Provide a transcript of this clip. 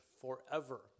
forever